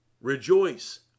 Rejoice